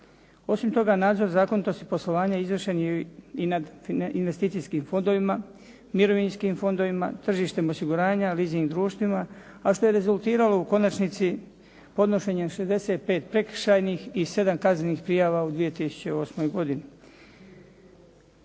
Osim toga, nadzor zakonitosti poslovanja izvršen je i nad investicijskim fondovima, mirovinskim fondovima, tržištem osiguranja, leasing društvima, a što je rezultiralo u konačnici podnošenjem 65 prekršajnih i 7 kaznenih prijava u 2008. godini.